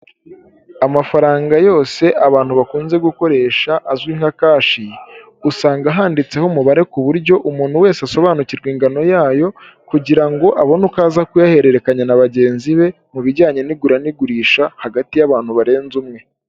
Amafaranga yose abantu bakunze gukoresha azwi nka kashi usanga handitseho umubare kuburyo umuntu wese asobanukirwa ingano yayo kugira ngo abone uko aza kuyahererekanya na bagenzi be mu bijyanye n'igura n'igurisha hagati y'abantu barenze umwe.